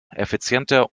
effizienter